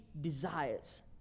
desires